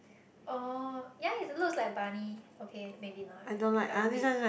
oh yea it looks like bunny okay maybe not a a bit